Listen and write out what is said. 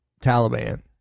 Taliban